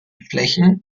flächen